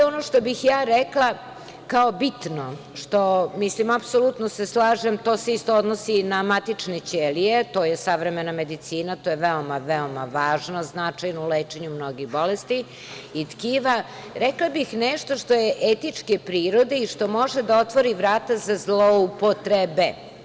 Ono što bih ja rekla kao bitno, a to se isto odnosi na matične ćelije, to je savremena medicina i to je veoma važno i značajno u lečenju mnogih bolesti i tkiva, rekla bih nešto što je etičke prirode i što može da otvori vrata za zloupotrebe.